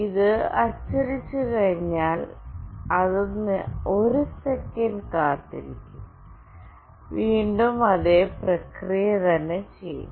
ഇത് അച്ചടിച്ചുകഴിഞ്ഞാൽ അത് 1 സെക്കൻഡ് കാത്തിരിക്കും വീണ്ടും അതേ പ്രക്രിയ തന്നെ ചെയ്യും